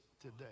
today